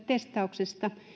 testauksesta